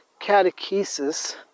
catechesis